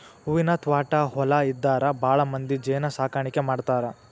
ಹೂವಿನ ತ್ವಾಟಾ ಹೊಲಾ ಇದ್ದಾರ ಭಾಳಮಂದಿ ಜೇನ ಸಾಕಾಣಿಕೆ ಮಾಡ್ತಾರ